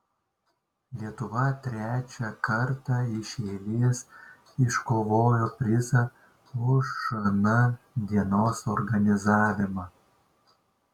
lietuva trečią kartą iš eilės iškovojo prizą už šn dienos organizavimą